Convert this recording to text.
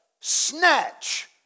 snatch